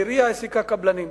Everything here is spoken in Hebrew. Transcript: העירייה העסיקה קבלנים.